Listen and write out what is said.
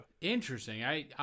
Interesting